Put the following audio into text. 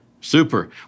Super